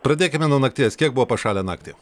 pradėkime nuo nakties kiek buvo pašalę naktį